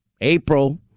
April